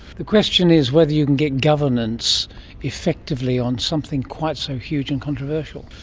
the question is whether you can get governance effectively on something quite so huge and controversial.